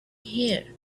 here